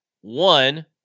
One